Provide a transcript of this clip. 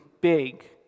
big